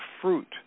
fruit